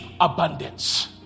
abundance